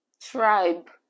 Tribe